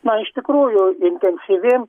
na iš tikrųjų intensyvi